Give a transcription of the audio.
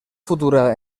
futura